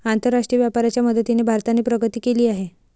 आंतरराष्ट्रीय व्यापाराच्या मदतीने भारताने प्रगती केली आहे